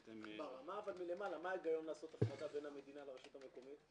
ברמה מלמעלה מה ההיגיון לעשות הפרדה בין המדינה לרשות המקומית?